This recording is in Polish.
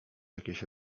jakieś